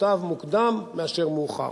מוטב מוקדם מאשר מאוחר.